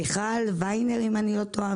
מיכל ויינר, אם אני לא טועה.